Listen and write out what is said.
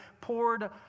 poured